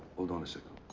hold on a second.